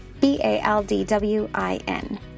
B-A-L-D-W-I-N